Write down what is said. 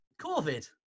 Covid